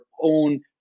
own